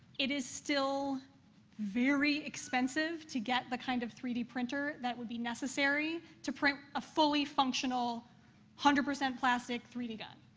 it is still very expensive to get the kind of three d printer that would be necessary to print a fully functional hundred percent plastic three d gun.